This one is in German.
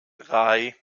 drei